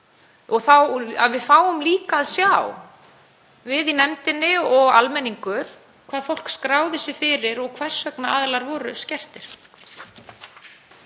að við fáum líka að sjá, við í nefndinni og almenningur, fyrir hverju fólk skráði sig og hvers vegna aðilar voru skertir.